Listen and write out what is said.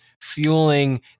fueling